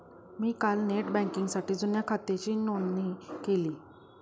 मी काल नेट बँकिंगसाठी जुन्या खात्याची नोंदणी केली